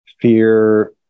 fear